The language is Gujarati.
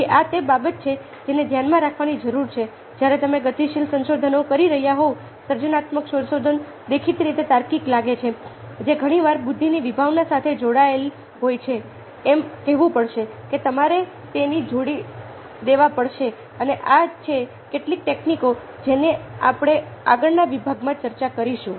તેથી આ તે બાબત છે જેને ધ્યાનમાં રાખવાની જરૂર છે જ્યારે તમે ગતિશીલ સંશોધનો કરી રહ્યા હોવ સર્જનાત્મક સંશોધનો દેખીતી રીતે તાર્કિક લાગે છે જે ઘણી વાર બુદ્ધિની વિભાવના સાથે જોડાયેલી હોય છે એમ કહેવું પડશે કે તમારે તેને છોડી દેવી પડશે અને આ છે કેટલીક ટેકનિકો જેની આપણે આગળના વિભાગમાં ચર્ચા કરીશું